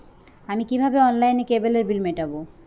আমি কিভাবে অনলাইনে কেবলের বিল মেটাবো?